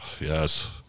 yes